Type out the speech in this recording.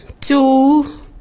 two